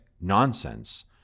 nonsense